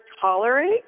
tolerate